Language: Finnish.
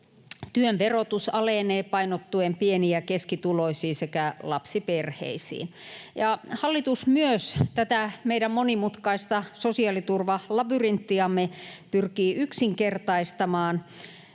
työn verotus alenee painottuen pieni- ja keskituloisiin sekä lapsiperheisiin. Hallitus pyrkii yksinkertaistamaan myös tätä meidän monimutkaista sosiaaliturvalabyrinttiamme jatkossa kannustavan